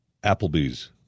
Applebee's